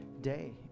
day